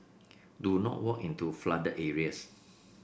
do not walk into flooded areas